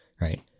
Right